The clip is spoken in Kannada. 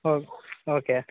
oh okay